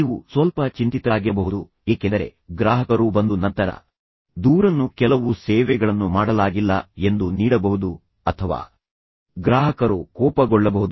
ನೀವು ಸ್ವಲ್ಪ ಚಿಂತಿತರಾಗಿರಬಹುದು ಏಕೆಂದರೆ ಗ್ರಾಹಕರು ಬಂದು ನಂತರ ದೂರನ್ನು ಕೆಲವು ಸೇವೆಗಳನ್ನು ಮಾಡಲಾಗಿಲ್ಲ ಎಂದು ನೀಡಬಹುದು ಅಥವಾ ಗ್ರಾಹಕರು ಕೋಪಗೊಳ್ಳಬಹುದು